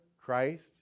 Christ